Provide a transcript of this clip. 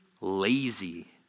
Lazy